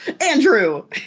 Andrew